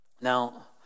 Now